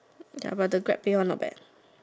ya but the Grab pay one not bad